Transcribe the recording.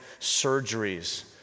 surgeries